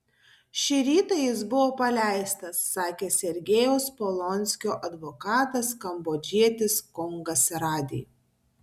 šį rytą jis buvo paleistas sakė sergejaus polonskio advokatas kambodžietis kongas rady